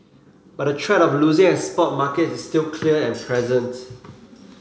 but the threat of losing export markets is still clear and present